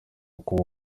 kuba